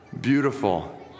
beautiful